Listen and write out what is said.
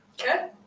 Okay